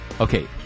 Okay